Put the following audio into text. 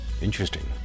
Interesting